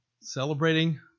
celebrating